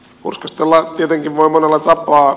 hurskastella tietenkin voi monella tapaa